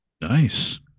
Nice